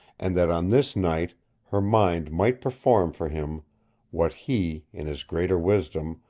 and that on this night her mind might perform for him what he, in his greater wisdom,